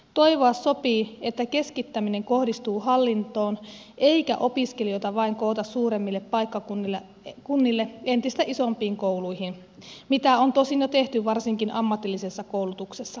toivoa sopii että keskittäminen kohdistuu hallintoon eikä opiskelijoita vain koota suuremmille paikkakunnille entistä isompiin kouluihin mitä on tosin jo tehty varsinkin ammatillisessa koulutuksessa